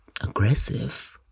aggressive